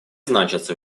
значатся